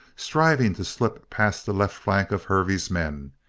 striving to slip past the left flank of hervey's men,